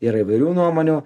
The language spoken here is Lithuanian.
yra įvairių nuomonių